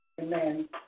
Amen